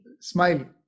Smile